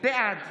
בעד